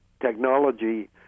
technology